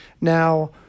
Now